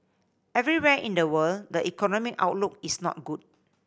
everywhere in the world the economic outlook is not good